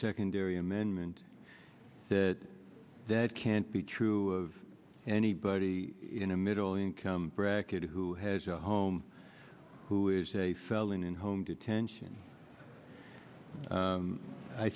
secondary amendment that that can't be true of anybody in a middle income bracket who has a home who is a felon in home detention